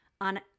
on